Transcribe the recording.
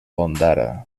ondara